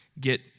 get